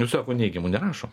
nu sako neigiamų nerašo